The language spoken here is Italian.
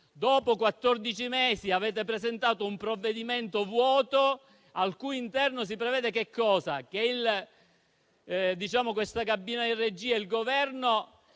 mesi avete presentato un provvedimento vuoto, al cui interno si prevede che questa cabina di regia e il Governo